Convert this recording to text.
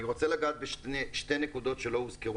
אני רוצה לגעת בשתי נקודות שלא הוזכרו.